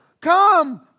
come